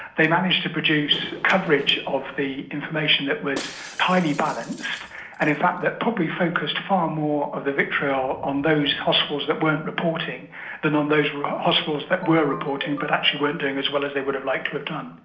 they managed to produce coverage of the information that was highly balanced but and and in fact that probably focused far more of the vitriol on those hospitals that weren't reporting than on those ah hospitals that were reporting, but actually weren't doing as well as they would have liked to have done.